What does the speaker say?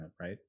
right